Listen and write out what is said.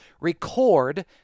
record